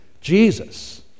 Jesus